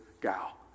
gal